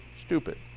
stupid